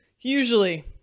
usually